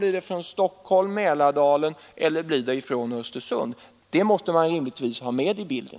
Blir det från Stockholm, Mälardalen eller blir det från Östersund? Det måste man rimligtvis ha med i bilden.